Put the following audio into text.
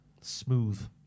Smooth